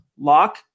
lock